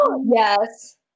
Yes